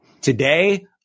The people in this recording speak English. Today